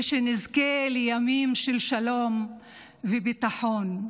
ושנזכה לימים של שלום וביטחון,